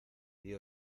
dió